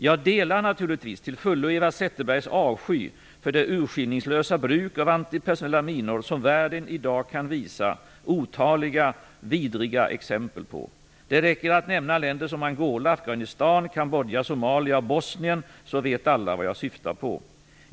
Jag delar naturligtvis till fullo Eva Zetterbergs avsky för det urskillningslösa bruk av antipersonella minor som världen i dag kan visa otaliga vidriga exempel på. Det räcker att nämna länder som Angola, Afghanistan, Kambodja, Somalia och Bosnien, så vet alla vad jag syftar på.